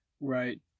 Right